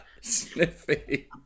Sniffy